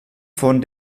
von